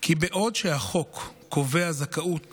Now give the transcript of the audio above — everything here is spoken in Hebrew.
כי בעוד שהחוק קובע זכאות